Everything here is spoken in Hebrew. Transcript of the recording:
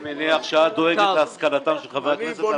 אני מניח שאת דואגת להשכלתם של חברי הכנסת.